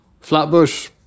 Flatbush